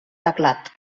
teclat